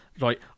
right